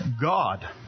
God